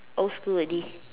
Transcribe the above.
old school already